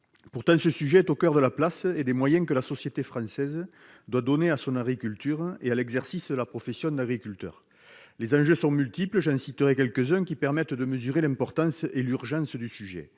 Pourtant, ce sujet est au coeur de la place et des moyens que la société française doit donner à son agriculture et à l'exercice de la profession d'agriculteur. Parmi les multiples enjeux posés, en voici quelques-uns qui permettent de mesurer l'importance et l'urgence de